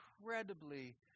incredibly